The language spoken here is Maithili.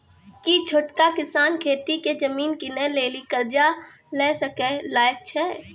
कि छोटका किसान खेती के जमीन किनै लेली कर्जा लै के लायक छै?